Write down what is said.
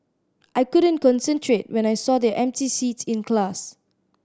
I couldn't concentrate when I saw their empty seats in class